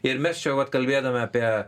ir mes čia vat kalbėdami apie